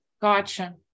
Gotcha